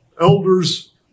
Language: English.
elders